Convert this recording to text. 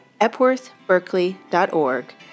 epworthberkeley.org